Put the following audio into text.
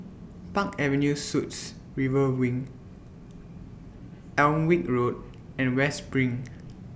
Park Avenue Suites River Wing Alnwick Road and West SPRING